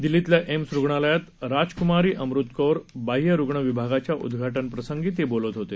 दिल्लीतल्या एम्स रुग्णालयात राजक्मारी अमृतकौर बाह्य रूग्ण विभागाच्या उद्घाटनप्रसंगी ते बोलत होते